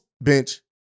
bench